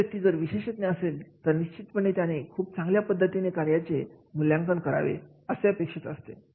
एखादा व्यक्ती जर विशेषज्ञ असेल तर निश्चितपणे त्याने खूप चांगल्या पद्धतीने कार्याचे मूल्यांकन करावे असे अपेक्षित असते